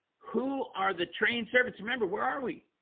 who are the trained servants remember, where are we?